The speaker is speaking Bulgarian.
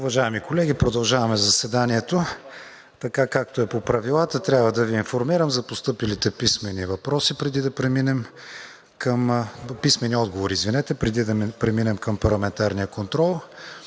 Уважаеми колеги, продължаваме заседанието. Така, както е по правилата, трябва да Ви информирам за постъпилите писмени отговори, преди да преминем към парламентарния контрол.